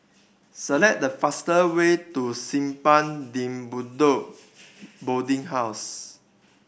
select the faster way to Simpang De Bedok Boarding House